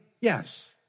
Yes